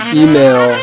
email